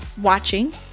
watching